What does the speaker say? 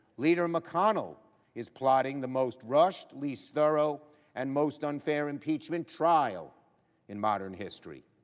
leader mcconnell is plotting the most rushed, least thorough and most unfair impeachment trial in modern history.